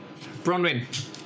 Bronwyn